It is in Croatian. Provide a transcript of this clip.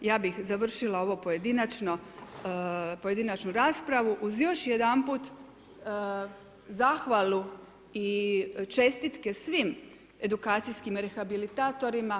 Ja bih završila ovu pojedinačnu raspravu uz još jedanput zahvalu i čestitke svim edukacijskim rehabilitatora.